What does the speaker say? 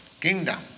kingdom